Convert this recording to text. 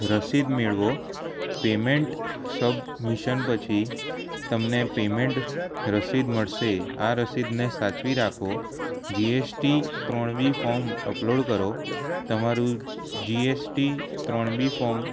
રસીદ મેળવો payment submission પછી તમને પેમેન્ટ રસીદ મળશે આ રસિદને સાચવી રાખો GST three B form upload કરો તમારું જીએસટી ત્રણ બી ફોમ